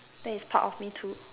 that is part of me too